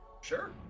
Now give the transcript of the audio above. Sure